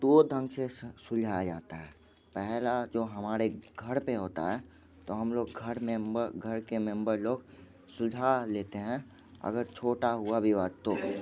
दो ढंग से सुलझाया जाता है पहला जो हमारे घर पर होता है तो हम लोग घर मेंमघर घर के मेंबर लोग सुलझा लेते हैं अगर छोटा हुआ विवाद तो